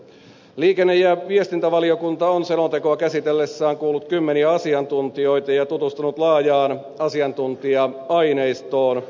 liikenne ja viestintävaliokunta on selontekoa käsitellessään kuullut kymmeniä asiantuntijoita ja tutustunut laajaan asiantuntija aineistoon